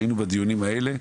שהיינו בדיונים האלה,